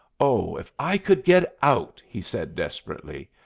oh, if i could get out! he said, desperately.